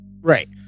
Right